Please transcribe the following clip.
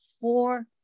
four